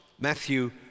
Matthew